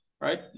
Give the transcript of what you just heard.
right